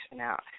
out